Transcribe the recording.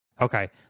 Okay